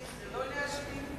זה לא להשפיל?